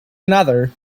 another